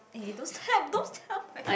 eh don't step don't step on my